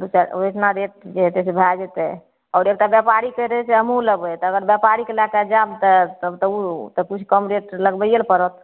दू चारि ओहिठिमा रेट जे हेतय से भए जेतय आओर एकटा व्यापारी कहि रहल छै हमहुँ लेबय तऽ अगर व्यापारीके लए कऽ जायब तब तऽ उ तऽ किछु कम रेट लगबैये लए पड़त